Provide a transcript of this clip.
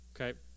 Okay